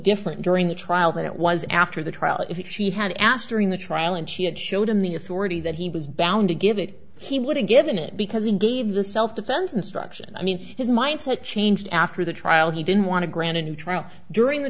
different during the trial that it was after the trial if she had asked during the trial and she had showed him the authority that he was bound to give it he would have given it because he gave the self defense instruction i mean his mindset changed after the trial he didn't want to grant a new trial during the